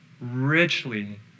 richly